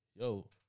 yo